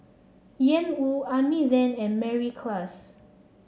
Ian Woo Amy Van and Mary Klass